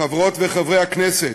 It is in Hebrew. חברות וחברי הכנסת,